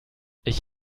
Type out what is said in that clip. ich